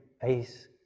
face